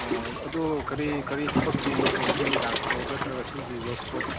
ꯑꯣ ꯑꯗꯨ ꯀꯔꯤ ꯀꯔꯤ ꯊꯕꯛꯀꯤ ꯑꯣꯏꯕꯒꯤ ꯂꯥꯛꯄ꯭ꯔꯣ ꯅꯠꯇ꯭ꯔꯒ ꯁꯤꯒꯤ ꯋꯦꯁ ꯀꯣꯠ